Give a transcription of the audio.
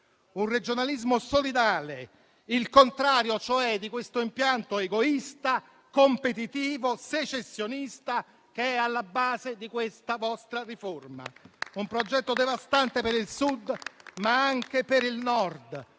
un regionalismo solidale, il contrario, cioè, di questo impianto egoista, competitivo e secessionista che è alla base della vostra riforma, un progetto devastante per il Sud, ma anche per il Nord.